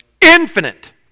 Infinite